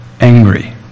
angry